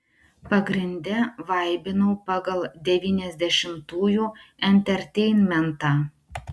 pagrinde vaibinau pagal devyniasdešimtųjų enterteinmentą